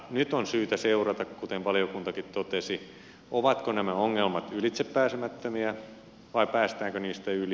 nyt on syytä seurata kuten valiokuntakin totesi ovatko nämä ongelmat ylitsepääsemättömiä vai päästäänkö niistä yli